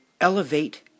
Elevate